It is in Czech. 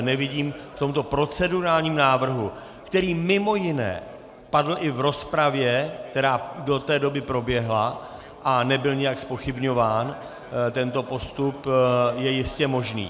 Nevidím v tomto procedurálním návrhu, který mj. padl i v rozpravě, která do té doby proběhla, a nebyl nijak zpochybňován tento postup, je jistě možný.